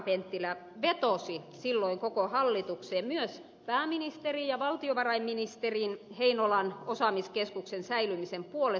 akaan penttilä vetosi silloin koko hallitukseen myös pääministeriin ja valtiovarainministeriin heinolan osaamiskeskuksen säilymisen puolesta ja sanoi